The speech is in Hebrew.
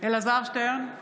אלעזר שטרן,